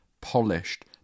polished